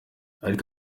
ariko